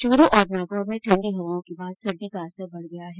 चूरू और नागौर में ठण्डी हवाओं के बाद सर्दी का असर बढ़ गया है